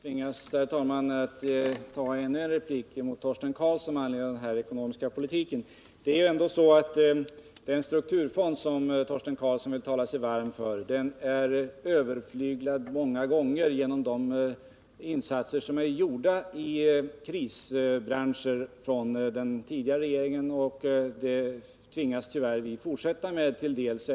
Herr talman! Jag tvingas begära ytterligare en replik med anledning av vad Torsten Karlsson sade om den ekonomiska politiken. Den strukturfond som Torsten Karlsson talar sig varm för är överflyglad många gånger genom de insatser i krisbranscher som är gjorda av den tidigare regeringen och som den nuvarande regeringen tyvärr tvingas fortsätta med till dels.